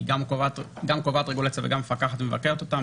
היא גם קובעת רגולציה וגם מפקחת ומבקרת אותה?